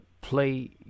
play